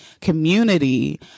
community